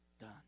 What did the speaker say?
done